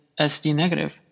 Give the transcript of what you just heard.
SD-negative